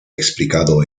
explicado